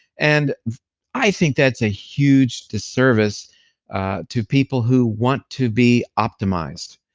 and i think that's a huge disservice to people who want to be optimized.